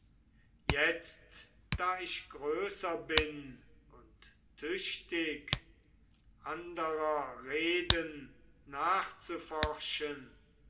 jetzt da ich größer bin und tüchtig anderer reden nachzuforschen